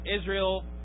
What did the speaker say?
Israel